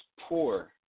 poor